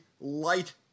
light